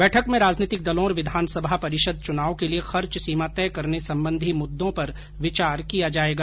बैठक में राजनीतिक दलों और विधानसभा परिषद चुनाव के लिए खर्च सीमा तय करने सम्बंधी मुद्दों पर विचार किया जायेगा